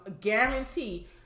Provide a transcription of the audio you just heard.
guarantee